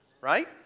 Right